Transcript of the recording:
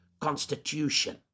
constitution